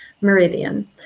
meridian